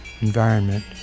environment